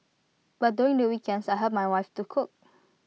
but during the weekends I help my wife to cook